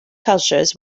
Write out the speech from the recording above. cultures